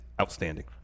outstanding